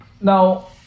Now